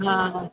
हा